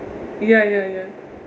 ya ya ya